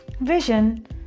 vision